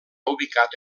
ubicat